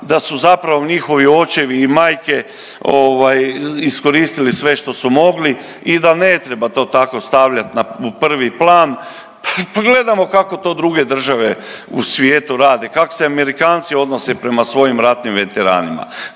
da su zapravo njihovi očevi i majke iskoristili sve što su mogli i da ne treba to tako stavljat u prvi plan, pa gledamo kako to druge države u svijetu rade, kak se Amerikanci odnose prema svojim ratnim veteranima,